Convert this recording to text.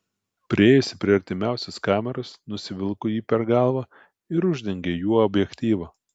priėjusi prie artimiausios kameros nusivilko jį per galvą ir uždengė juo objektyvą